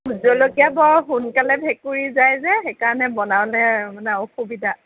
vote jolokia বৰ সোনকালে ভেঁকুৰি যায় যে সেইকাৰণে বনাওঁতে মানে অসুবিধা